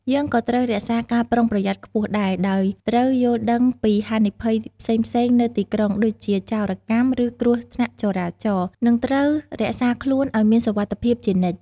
យើងក៏ត្រូវរក្សាការប្រុងប្រយ័ត្នខ្ពស់ដែរ ដោយត្រូវយល់ដឹងពីហានិភ័យផ្សេងៗនៅទីក្រុង ដូចជាចោរកម្ម ឬគ្រោះថ្នាក់ចរាចរណ៍ និងត្រូវរក្សាខ្លួនឲ្យមានសុវត្ថិភាពជានិច្ច។